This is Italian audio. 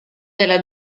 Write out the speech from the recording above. della